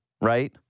right